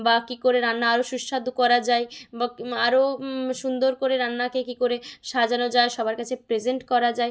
বা কী করে রান্না আরও সুস্বাদু করা যায় বা আরও সুন্দর করে রান্নাকে কী করে সাজানো যায় সবার কাছে প্রেজেন্ট করা যায়